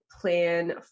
plan